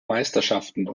meisterschaften